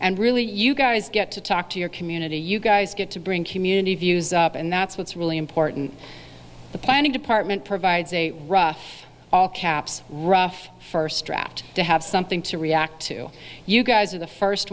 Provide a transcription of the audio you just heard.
and really you guys get to talk to your community you guys get to bring community views up and that's what's really important the planning department provides a rough all caps rough first draft to have something to react to you guys are the first